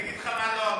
אני אגיד לך מה לא אמרו: